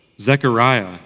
Zechariah